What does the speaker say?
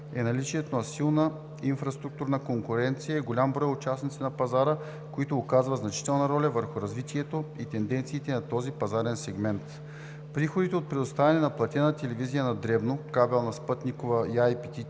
е наличието на силна инфраструктурна конкуренция и голям брой участници на пазара, които оказват значителна роля върху развитието и тенденциите на този пазарен сегмент. Приходите от предоставяне на платена телевизия на дребно – кабелна, спътникова и